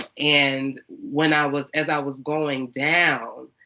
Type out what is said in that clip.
and when i was as i was going down,